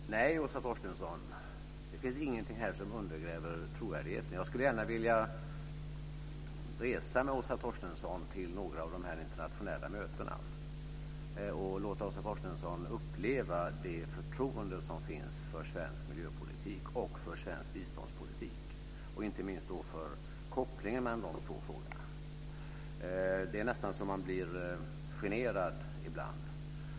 Fru talman! Nej, Åsa Torstensson, det finns ingenting här som undergräver trovärdigheten. Jag skulle gärna vilja resa med Åsa Torstensson till några av de här internationella mötena och låta Åsa Torstensson uppleva det förtroende som finns för svensk miljöpolitik och svensk biståndspolitik liksom inte minst för kopplingen mellan de två frågorna. Det är nästan så att man ibland blir generad.